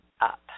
up